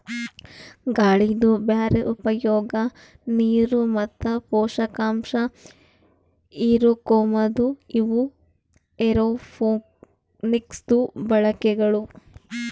ಗಾಳಿದು ಬ್ಯಾರೆ ಉಪಯೋಗ, ನೀರು ಮತ್ತ ಪೋಷಕಾಂಶ ಹಿರುಕೋಮದು ಇವು ಏರೋಪೋನಿಕ್ಸದು ಬಳಕೆಗಳು